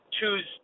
choose